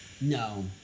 No